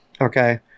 okay